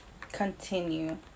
continue